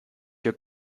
your